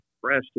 fresh